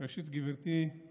ערבייה יושבת ומנהלת את המליאה.